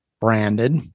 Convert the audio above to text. branded